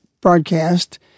broadcast